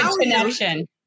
connection